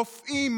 רופאים,